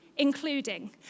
including